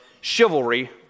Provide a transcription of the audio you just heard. chivalry